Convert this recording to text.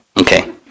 Okay